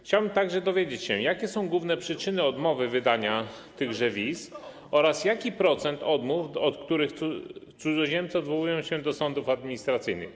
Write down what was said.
Chciałbym także dowiedzieć się, jakie są główne przyczyny odmowy wydania tychże wiz oraz jaki jest procent odmów, od których cudzoziemcy odwołują się do sądów administracyjnych.